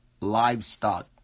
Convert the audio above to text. livestock